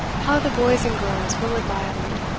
how the boys and girls will admire me!